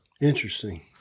Interesting